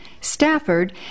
Stafford